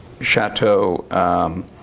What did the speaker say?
Chateau